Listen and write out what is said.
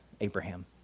Abraham